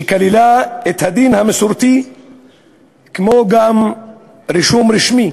שכללה את הדין המסורתי כמו גם רישום רשמי.